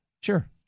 Sure